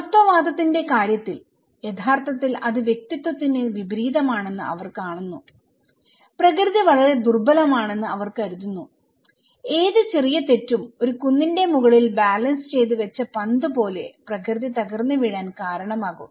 സമത്വവാദത്തിന്റെ കാര്യത്തിൽ യഥാർത്ഥത്തിൽ അത് വ്യക്തിത്വത്തിന് വിപരീതമാണെന്ന് അവർ കാണുന്നു പ്രകൃതി വളരെ ദുർബലമാണെന്ന് അവർ കരുതുന്നു ഏത് ചെറിയ തെറ്റും ഒരു കുന്നിന്റെ മുകളിൽ ബാലൻസ് ചെയ്ത് വെച്ച പന്ത് പോലെ പ്രകൃതി തകർന്ന് വീഴാൻ കാരണമാകും